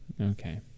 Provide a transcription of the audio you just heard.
Okay